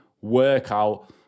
workout